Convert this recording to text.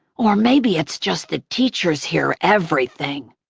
or maybe it's just that teachers hear everything.